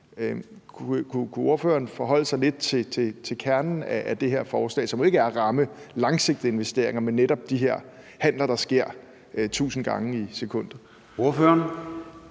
Kunne ordføreren forholde sig lidt til kernen af det her forslag, som jo ikke er at ramme langsigtede investeringer, men netop de her handler, der sker 1.000 gange i sekundet?